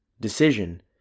decision